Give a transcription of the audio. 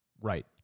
Right